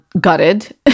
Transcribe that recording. gutted